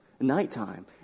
nighttime